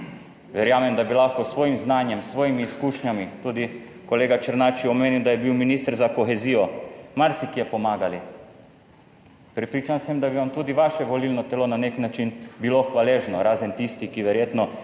Verjamem, da bi lahko s svojim znanjem, s svojimi izkušnjami, tudi kolega Černač je omenil, da je bil minister za kohezijo, marsikje pomagali. Prepričan sem, da bi vam tudi vaše volilno telo na nek način bilo hvaležno, razen tisti, ki verjetno